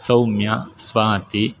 Saumya Swati